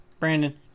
Brandon